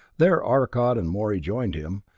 there arcot and morey joined him,